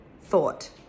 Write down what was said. thought